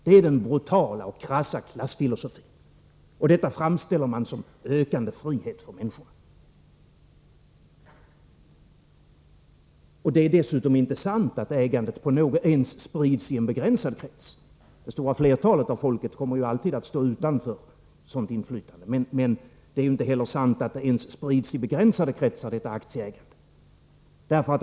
Det är den brutala och krassa klassfilosofin, och detta framställer man som ökande frihet för människorna! Det är dessutom inte sant att ägandet sprids ens i en begränsad krets; det stora flertalet av folket kommer ju alltid att stå utanför sådant inflytande. Men det är inte heller sant att detta aktieägande sprids ens i begränsade kretsar.